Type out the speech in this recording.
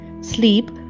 sleep